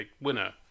winner